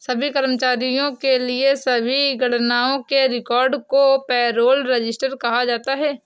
सभी कर्मचारियों के लिए सभी गणनाओं के रिकॉर्ड को पेरोल रजिस्टर कहा जाता है